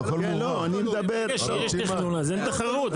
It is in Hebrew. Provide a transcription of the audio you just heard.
יש תכנון לזה, אין תחרות.